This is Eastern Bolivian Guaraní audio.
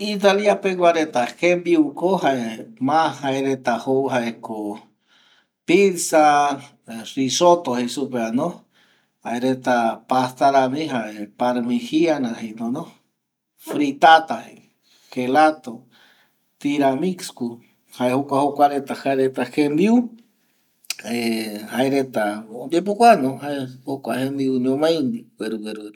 ﻿Italia peguareta jembiuko jae ma jaereta jou jaeko pizza, risoto jeisupevano, jaereta pasta rami jare parmijiana jei retano, fritata jei, gelato, taramisku jae jokua jokua reta jaereta jembiu ˂Hesitation˃ jaereta oyepokuano jokua jembiu ñomai güeru güeru.